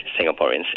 Singaporeans